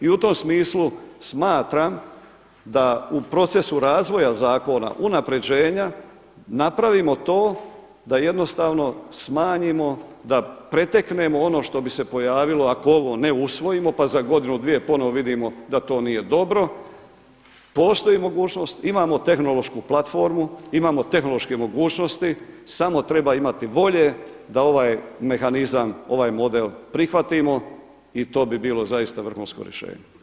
I u tom smislu smatram da u procesu razvoja zakona unapređenja napravimo to da jednostavno smanjimo, da preteknemo ono što bi se pojavilo ako ovo ne usvojimo pa za godinu, dvije ponovo vidimo da to nije dobro, postoji mogućost, imamo tehnološku platformu, imamo tehnološke mogućnosti samo treba imati volje da ovaj mehanizam ovaj model prihvatimo i to bi bilo zaista vrhunsko rješenje.